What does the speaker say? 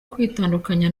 kwitandukanya